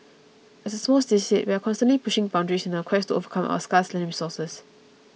as a small city state we are constantly pushing boundaries in our quest to overcome our scarce land resource